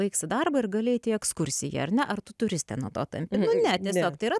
baigsi darbą ir gali eit į ekskursiją ar ne ar tu turistė nuo to tampi ne tiesiog tai yra